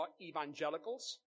evangelicals